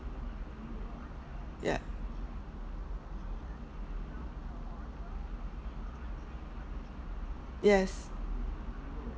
yup yes